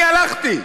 אני הלכתי.